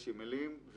יש אימיילים.